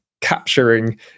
capturing